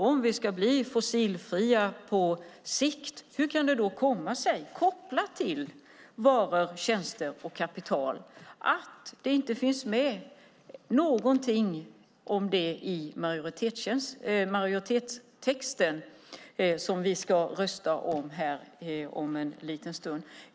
Om vi ska bli fossilfria på sikt, hur kan det komma sig, kopplat till varor, tjänster och kapital, att det inte finns med någonting om det i majoritetstexten som vi om en liten stund ska rösta om?